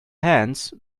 hand